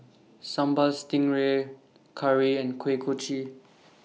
Sambal Stingray Curry and Kuih Kochi